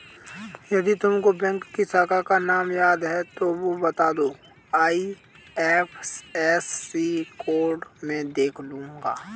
यदि तुमको बैंक की शाखा का नाम याद है तो वो बता दो, आई.एफ.एस.सी कोड में देख लूंगी